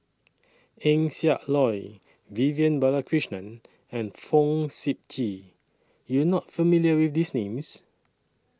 Eng Siak Loy Vivian Balakrishnan and Fong Sip Chee YOU Are not familiar with These Names